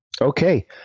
Okay